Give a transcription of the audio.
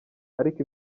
ariko